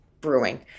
brewing